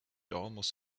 almost